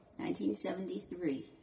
1973